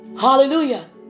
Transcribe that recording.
Hallelujah